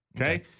okay